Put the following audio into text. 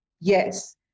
Yes